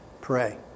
Pray